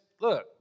look